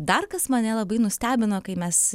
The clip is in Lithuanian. dar kas mane labai nustebino kai mes